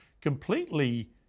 completely